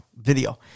video